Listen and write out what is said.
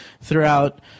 throughout